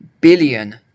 billion